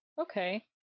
Okay